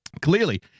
Clearly